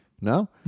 no